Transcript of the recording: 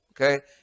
okay